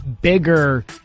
bigger